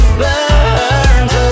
burns